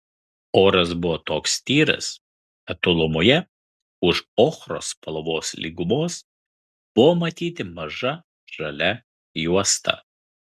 oras buvo toks tyras kad tolumoje už ochros spalvos lygumos buvo matyti maža žalia juosta